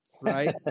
Right